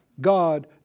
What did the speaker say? God